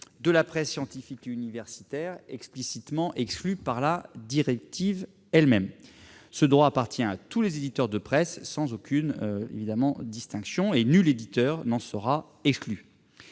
de la presse scientifique et universitaire, explicitement exclue par la directive elle-même. Ce droit appartient à tous les éditeurs de presse, sans aucune distinction, et nul éditeur n'en sera exclu.